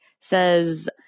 says